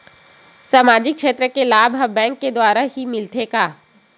सामाजिक क्षेत्र के लाभ हा बैंक के द्वारा ही मिलथे का?